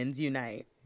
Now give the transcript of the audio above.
unite